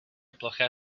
ploché